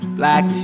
black